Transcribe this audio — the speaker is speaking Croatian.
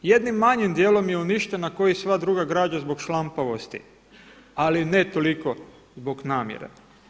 Jednim malim dijelom je uništena kao i sva druga građa zbog šlampavosti, ali ne toliko zbog namjera.